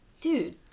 Dude